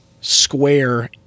square